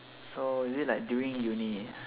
so is it like during uni